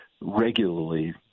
regularly